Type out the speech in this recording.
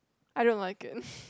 I don't like it